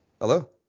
Hello